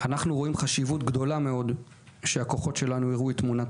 אנחנו רואים חשיבות גדולה מאוד שהכוחות שלנו יראו את תמונת